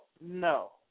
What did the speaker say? No